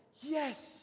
Yes